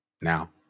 Now